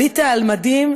עלית על מדים,